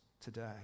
today